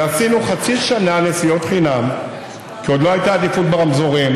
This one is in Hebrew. ועשינו חצי שנה נסיעות חינם כי עוד לא הייתה עדיפות ברמזורים,